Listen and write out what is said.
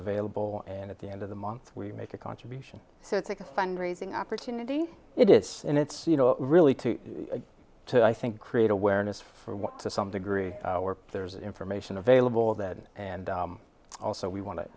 available and at the end of the month we make a contribution so it's like a fund raising opportunity it is and it's you know really to to i think create awareness for what to some degree there is information available that and also we want to